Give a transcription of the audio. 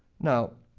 now,